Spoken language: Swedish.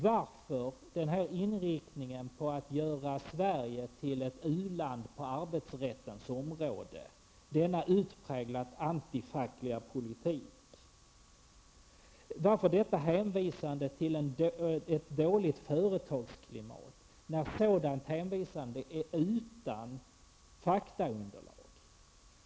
Varför den här inriktningen på att göra Sverige till ett u-land på arbetsrättens område, denna utpräglat antifackliga politik? Varför detta hänvisande till ett dåligt företagsklimat, när ett sådant hänvisande är utan faktaunderlag?